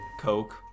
Coke